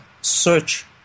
search